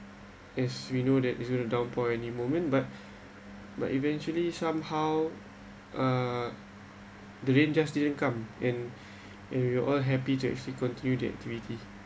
as we know that it's going to a downpour any moment but but eventually somehow uh the rain just didn't come and and we all happy to actually continued the activity